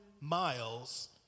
miles